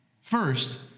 First